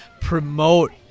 promote